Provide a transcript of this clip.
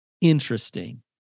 Interesting